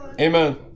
Amen